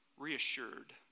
reassured